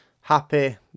happy